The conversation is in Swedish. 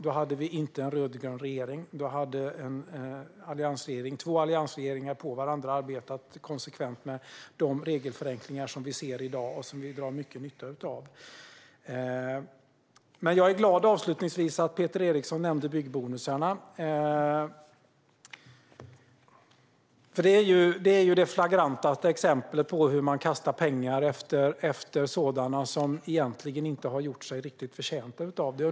Då hade vi inte en rödgrön regering. Två alliansregeringar efter varandra hade arbetat konsekvent med de regelförenklingar som vi ser i dag och som vi drar stor nytta av. Avslutningsvis är jag glad att Peter Eriksson nämnde byggbonusarna. Det är det mest flagranta exemplet på hur man kastar pengar efter sådana som egentligen inte har gjort sig riktigt förtjänta av det.